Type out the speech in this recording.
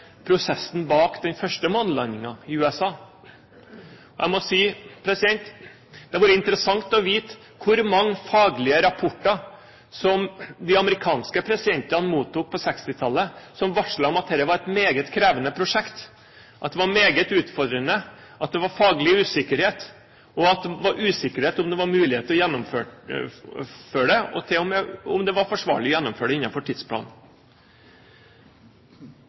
prosessen i USA bak den første månelandingen. Jeg må si at det hadde vært interessant å vite hvor mange faglige rapporter som de amerikanske presidentene mottok på 1960-tallet som varslet om at dette var et meget krevende prosjekt, at det var meget utfordrende, at det var faglig usikkerhet, og at det var usikkert om det var mulig å gjennomføre det, til og med om det var forsvarlig å gjennomføre det ifølge tidsplanen.